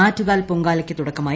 ആറ്റുകാൽ പൊങ്കാലയ്ക്ക് തുടക്കമായി